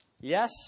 Yes